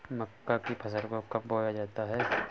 मक्का की फसल को कब बोया जाता है?